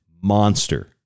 monster